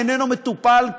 איננו מטופל,